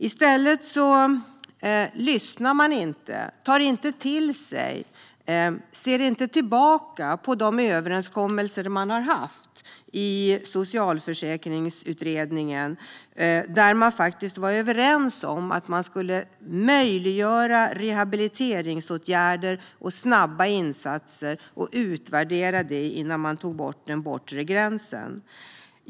Man lyssnar inte, tar inte till sig och ser inte tillbaka på de överenskommelser man har haft i Socialförsäkringsutredningen, där man faktiskt var överens om att möjliggöra rehabiliteringsåtgärder och snabba insatser och utvärdera detta innan man tog bort den bortre gränsen.